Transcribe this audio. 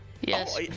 Yes